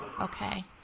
Okay